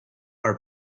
our